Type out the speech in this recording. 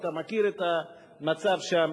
אתה מכיר את המצב שם,